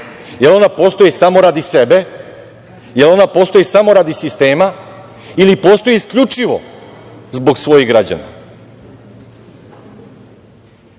Da li ona postoji samo radi sebe, da li ona postoji samo radi sistema ili postoji isključivo zbog svojih